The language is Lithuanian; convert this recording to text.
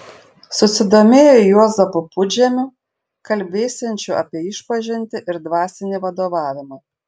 susidomėjo juozapu pudžemiu kalbėsiančiu apie išpažintį ir dvasinį vadovavimą